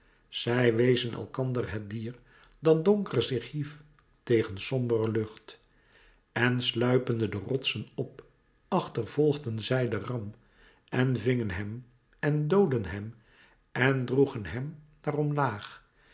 zij wezen elkander het dier dat donker zich hief tegen sombere lucht en sluipende de rotsen op achtervolgden zij den ram en vingen hem en doodden hem en droegen hem naar omlaag